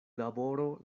laboro